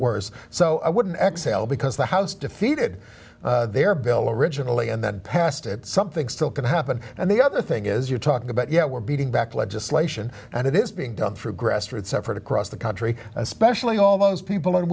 worse so i wouldn't exhale because the house defeated their bill originally and then passed it something still can happen and the other thing is you're talking about yeah we're beating back legislation and it is being done through grassroots effort across the country especially all those people in